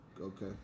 okay